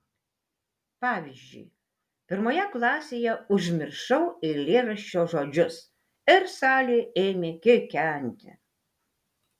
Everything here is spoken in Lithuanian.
pavyzdžiui pirmoje klasėje užmiršau eilėraščio žodžius ir salė ėmė kikenti